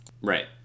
Right